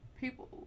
People